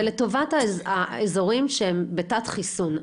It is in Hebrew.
ולטובת האזורים שהם בתת חיסון,